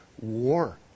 war